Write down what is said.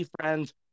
friends